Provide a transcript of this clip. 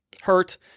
hurt